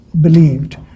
believed